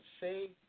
say